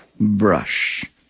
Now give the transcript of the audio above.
Brush